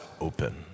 open